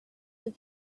have